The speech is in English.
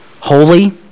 holy